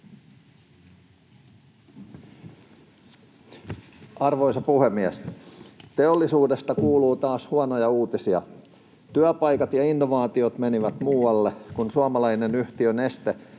Arvoisa puhemies! Teollisuudesta kuuluu taas huonoja uutisia: työpaikat ja innovaatiot menivät muualle, kun suomalainen yhtiö Neste,